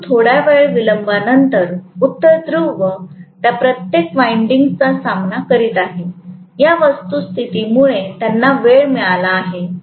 परंतु थोडा वेळ विलंबानंतर उत्तर ध्रुव त्या प्रत्येक वाईंडिंग्स चा सामना करीत आहे या वस्तुस्थितीमुळे त्यांना वेळ मिळाला आहे